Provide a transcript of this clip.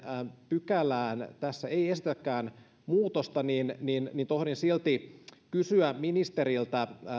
pykälään tässä ei esitetäkään muutosta niin niin tohdin silti kysyä ministeriltä